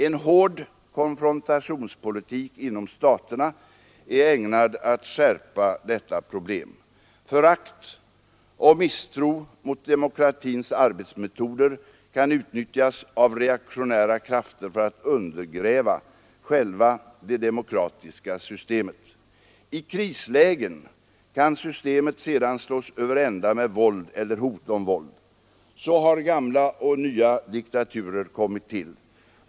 En hård konfrontationspolitik inom staterna är ägnad att skärpa detta problem. Förakt och misstro mot demokratins arbetsmetoder kan utnyttjas av reaktionära krafter för att undergräva själva det demokratiska systemet. I krislägen kan systemet sedan slås över ända med våld eller hot om våld. Så har gamla och nya diktaturer kommit till.